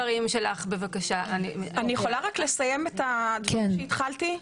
אני יכולה רק לסיים את הדברים שהתחלתי?